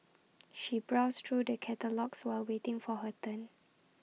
she browsed through the catalogues while waiting for her turn